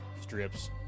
Strips